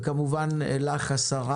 וכמובן לשרה.